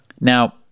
Now